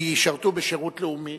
ישרתו בשירות לאומי,